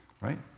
right